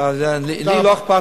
לי לא אכפת.